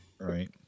Right